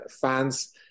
fans